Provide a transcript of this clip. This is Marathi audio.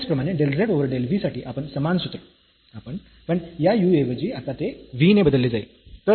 त्याचप्रमाणे del z over del v साठी आता समान सूत्र पण या u ऐवजी आता ते v ने बदलले जाईल